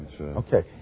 Okay